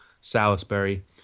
Salisbury